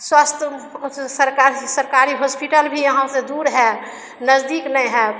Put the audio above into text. स्वस्थ सरकारी सरकारी हॉस्पिटल भी यहाँ से दूर है नज़दीक नइ है